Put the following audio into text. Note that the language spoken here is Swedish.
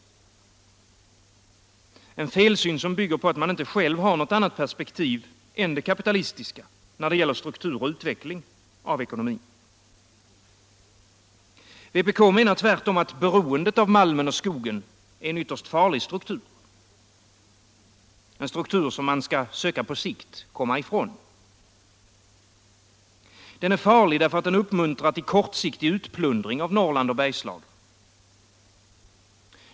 En felsyn, som bygger på att man inte själv har något annat perspektiv än det kapitalistiska, när det gäller struktur och utveckling av ekonomin. Vpk menar tvärtom, att beroendet av malmen och skogen är en ytterst farlig struktur. En struktur man på sikt skall söka komma ifrån. Den är farlig, därför att den uppmuntrar till kortsiktig utplundring av Norrland och Bergslagen.